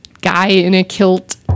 guy-in-a-kilt